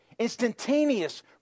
instantaneous